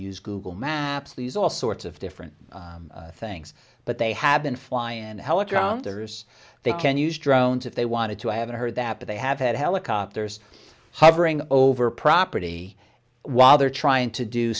use google maps these all sorts of different things but they have been flying in helicopters they can use drones if they wanted to i haven't heard that but they have had helicopters hovering over property while they're trying to do